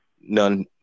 none